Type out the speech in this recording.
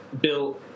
Bill